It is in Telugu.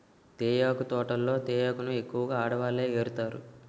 తేయాకు తోటల్లో తేయాకును ఎక్కువగా ఆడవాళ్ళే ఏరుతారు